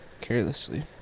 carelessly